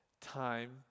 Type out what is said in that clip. time